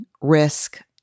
risk